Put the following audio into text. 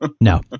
No